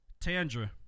Tandra